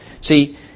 See